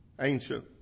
ancient